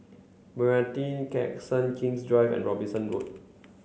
Meranti Crescent King's Drive and Robinson Road